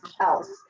else